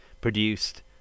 produced